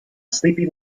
sleepy